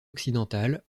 occidentale